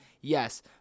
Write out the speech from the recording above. Yes